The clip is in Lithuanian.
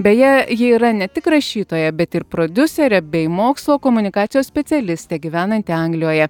beje ji yra ne tik rašytoja bet ir prodiuserė bei mokslo komunikacijos specialistė gyvenanti anglijoje